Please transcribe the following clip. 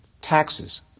taxes